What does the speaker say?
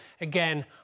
again